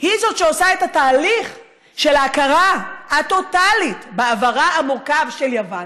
היא שעושה את התהליך של ההכרה הטוטלית בעברה המורכב של יוון,